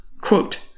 Quote